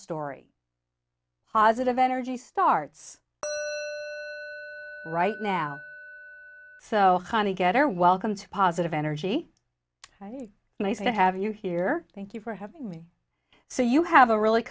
story positive energy starts right now so you get are welcomed positive energy and i have you here thank you for having me so you have a really